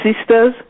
sisters